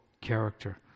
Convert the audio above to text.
character